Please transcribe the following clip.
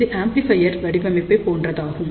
இது ஆம்ப்ளிபையர் வடிவமைப்பை போன்றதாகும்